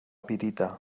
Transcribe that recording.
pirita